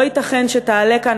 לא ייתכן שהיא תעלה כאן.